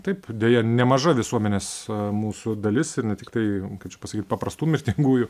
taip deja nemaža visuomenės mūsų dalis ir ne tiktai nu kaip čia pasakyt paprastų mirtingųjų